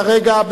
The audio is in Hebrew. כרגע,